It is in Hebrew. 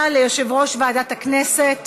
ליושב-ראש ועדת הכנסת,